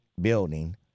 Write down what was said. building